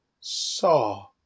saw